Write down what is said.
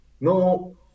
no